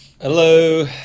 Hello